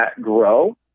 grow